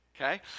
Okay